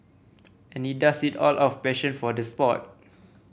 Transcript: and he does it all out of passion for the sport